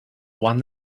one